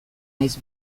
naiz